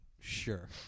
Sure